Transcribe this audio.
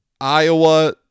Iowa